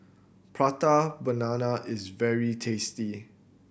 Prata Banana is very tasty